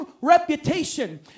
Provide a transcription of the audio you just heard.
reputation